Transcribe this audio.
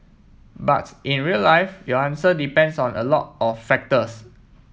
but in real life your answer depends on a lot of factors